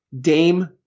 Dame